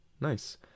Nice